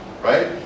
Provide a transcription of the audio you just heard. right